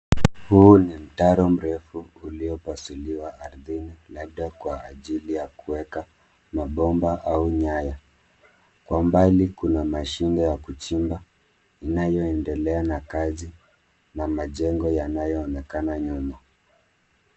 Huu ni mtaro mrefu ulio pasuliwa ardhini labda kwa ajili ya kuweka mabomba au nyaya, kwa mbali kuna mashine ya kuchimba inayo endelea na kazi na majengo yanayo onekana nyuma.